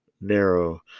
narrow